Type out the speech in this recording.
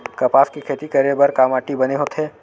कपास के खेती करे बर का माटी बने होथे?